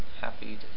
happy